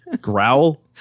growl